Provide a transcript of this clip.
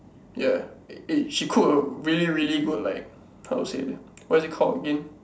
ya eh she cook really really good like how to say what is it called again